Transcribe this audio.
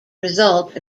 result